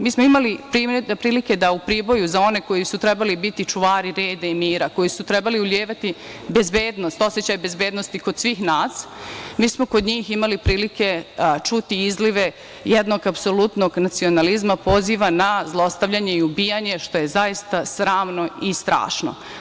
Mi smo imali prilike da u Priboju za one koji su trebali biti čuvari reda i mira, koji su trebali ulivati bezbednost, osećaj bezbednosti kod svih nas, mi smo kod njih imali prilike čuti izlive jednog apsolutnog nacionalizma, poziva na zlostavljanje i ubijanje, što je zaista sramno i strašno.